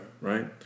right